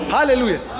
Hallelujah